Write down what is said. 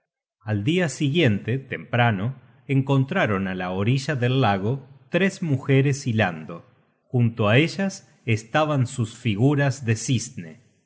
al dia siguiente temprano encontraron á la orilla del lago tres mujeres hilando junto á ellas estaban sus figuras de